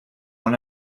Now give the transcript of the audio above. one